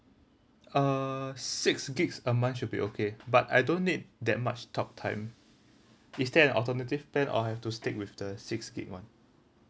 uh six gigs a month should be okay but I don't need that much talk time is there an alternative plan or I have to stick with the six gig [one]